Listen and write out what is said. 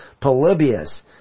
Polybius